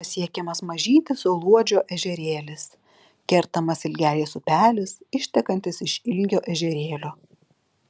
pasiekiamas mažytis luodžio ežerėlis kertamas ilgelės upelis ištekantis iš ilgio ežerėlio